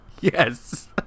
yes